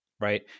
right